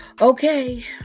Okay